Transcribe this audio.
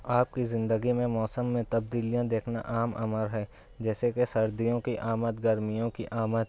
آپ کی زندگی میں موسم میں تبدیلیاں دیکھنا عام امر ہے جیسے کہ سردیوں کی آمد گرمیوں کی آمد